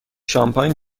شامپاین